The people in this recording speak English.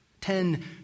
Ten